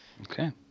Okay